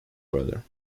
brother